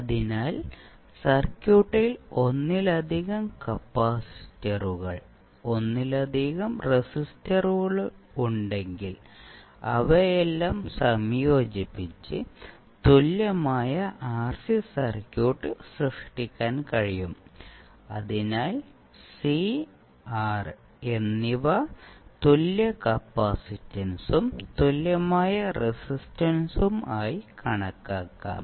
അതിനാൽ സർക്യൂട്ടിൽ ഒന്നിലധികം കപ്പാസിറ്ററുകൾ ഒന്നിലധികം റെസിസ്റ്ററുകൾ ഉണ്ടെങ്കിൽ അവയെല്ലാം സംയോജിപ്പിച്ചു തുല്യമായ ആർസി സർക്യൂട്ട് സൃഷ്ടിക്കാൻ കഴിയും അതിനാൽ സി ആർ എന്നിവ തുല്യ കപ്പാസിറ്റൻസും തുല്യമായ റെസിസ്റ്റൻസും ആയി കണക്കാക്കാം